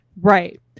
Right